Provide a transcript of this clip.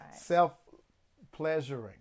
self-pleasuring